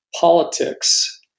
politics